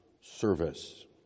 service